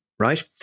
Right